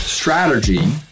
strategy